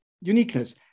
uniqueness